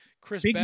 Chris